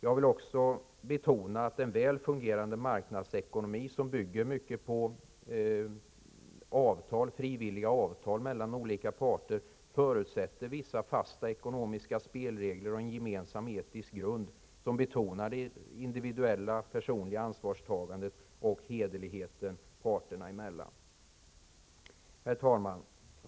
Jag vill också betona att en väl fungerande marknadsekonomi, som bygger mycket på frivilliga avtal mellan parter, förutsätter vissa fasta ekonomiska spelregler och en gemensam etisk grund som betonar individuellt personligt ansvarstagande och hederlighet parterna emellan. Herr talman!